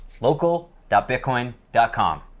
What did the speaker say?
Local.bitcoin.com